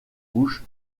bouche